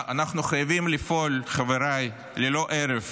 אנחנו חייבים לפעול, חבריי, ללא הרף